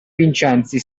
vincenzi